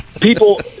people